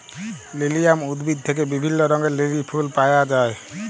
lilium উদ্ভিদ থেক্যে বিভিল্য রঙের লিলি ফুল পায়া যায়